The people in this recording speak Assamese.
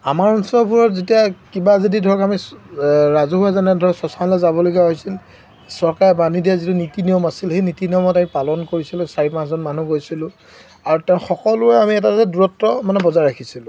আমাৰ অঞ্চলবোৰত যেতিয়া কিবা যদি ধৰক আমি ৰাজহুৱা যেনে ধৰক শ্মশানলৈ যাবলগীয়া হৈছিল চৰকাৰে বান্ধি দিয়া যিটো নীতি নিয়ম আছিল সেই নীতি নিয়মত আমি পালন কৰিছিলোঁ চাৰি পাঁচজন মানুহ গৈছিলোঁ আৰু তেওঁ সকলোৱে আমি এটা এটা দূৰত্ব মানে বজাই ৰাখিছিলোঁ